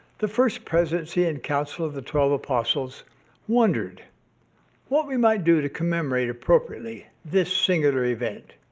the first presidency and council of the twelve apostles wondered what we might do to commemorate appropriately this singular event.